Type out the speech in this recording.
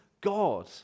God